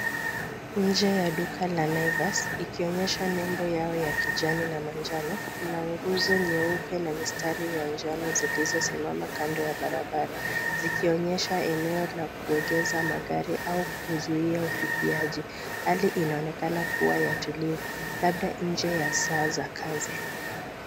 Nje ya duka la Naivas, ikionyesha nembo yao ya kijani na manjano. Kuna nguzo nyeupe na mistari ya njano, zilizosimama kando ya barabara, zikionyesha eneo la kuegeza magari au kuzuiya ufikiaji. Hali inaonekana kuwa ya tulivu, labda nje ya saa za kazi.